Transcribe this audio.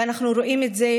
ואנחנו רואים את זה,